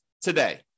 today